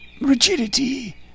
rigidity